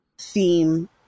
theme